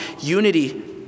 unity